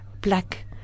black